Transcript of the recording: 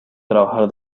trabajar